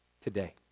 today